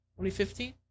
2015